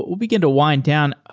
we'll begin to wind down.